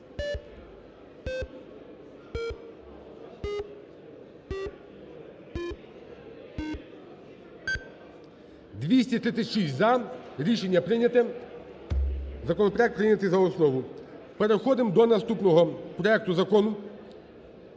За-236 Рішення прийнято. Законопроект прийнято за основу. Переходимо до наступного проекту закону